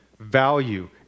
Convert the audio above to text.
value